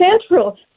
central